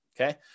Okay